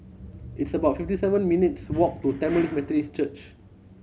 it's about fifty seven minutes' walk to Tamil Methodist Church